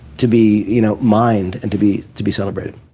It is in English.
to be, you know, mined and to be to be celebrated.